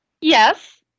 Yes